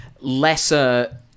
lesser